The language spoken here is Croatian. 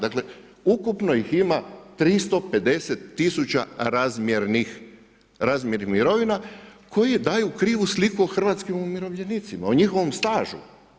Dakle, ukupno ih ima 350 tisuća razmjernih mirovina koje daju krivu sliku o hrvatskim umirovljenicima, o njihovom stažu.